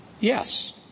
Yes